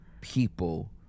people